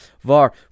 VAR